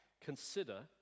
consider